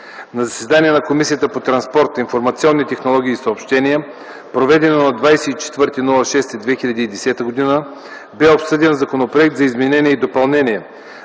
На заседание на Комисията по транспорт, информационни технологии и съобщения, проведено на 24 юни 2010 г., бе обсъден Законопроект за изменение и допълнение